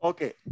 Okay